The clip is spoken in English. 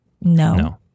no